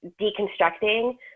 deconstructing